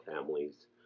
families